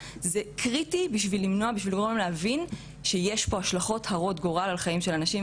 אני חייבת להתוודות שאני לומדת המון היום.